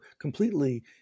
completely